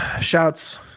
shouts